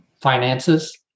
finances